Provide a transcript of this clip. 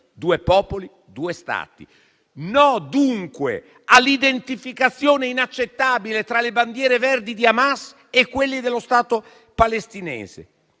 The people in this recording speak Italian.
"due popoli, due Stati". No dunque all'identificazione inaccettabile tra le bandiere verdi di Hamas e quelle dello Stato palestinese.